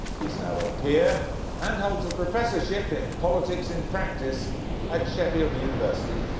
he's now a peer and holds a professorship in politics in practice at sheffield university.